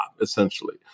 essentially